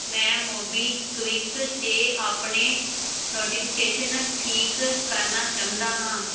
ਮੈਂ ਮੋਬੀਕਵਿਕ 'ਤੇ ਆਪਣੇ ਨੋਟੀਫਿਕੇਸ਼ਨ ਠੀਕ ਕਰਨਾ ਚਾਉਂਦਾ ਹਾਂ